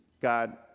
God